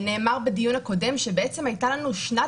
נאמר בדיון הקודם שבעצם הייתה לנו שנת